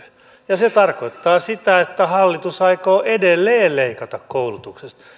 ja se tarkoittaa sitä että hallitus aikoo edelleen leikata koulutuksesta